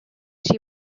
she